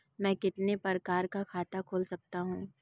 मैं कितने प्रकार का खाता खोल सकता हूँ?